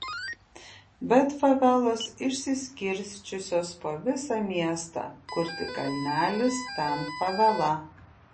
bet favelos išsiskirsčiusios po visą miestą kur tik kalnelis ten favela